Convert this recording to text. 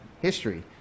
history